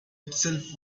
itself